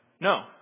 no